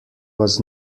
was